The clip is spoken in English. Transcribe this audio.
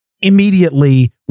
immediately